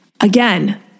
Again